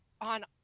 on